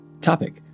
topic